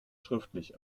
schriftlich